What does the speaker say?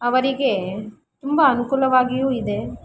ಅವರಿಗೆ ತುಂಬ ಅನುಕೂಲವಾಗಿಯೂ ಇದೆ